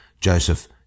Joseph